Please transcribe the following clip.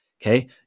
okay